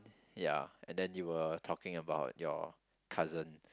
ya and then you were talking about your cousin